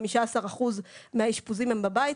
15% מהאשפוזים הם בבית,